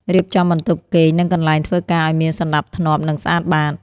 រៀបចំបន្ទប់គេង និងកន្លែងធ្វើការឱ្យមានសណ្ដាប់ធ្នាប់ និងស្អាតបាត។